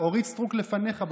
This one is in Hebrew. אורית סטרוק לפניך בקבוצה.